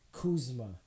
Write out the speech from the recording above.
Kuzma